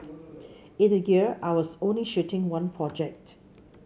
in a year I was only shooting one project